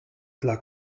dla